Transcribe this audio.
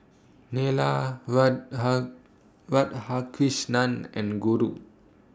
Neila Radhakrishnan and Guru